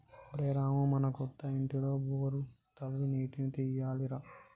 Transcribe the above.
ఒరేయ్ రామూ మన కొత్త ఇంటిలో బోరు తవ్వి నీటిని తీయాలి రా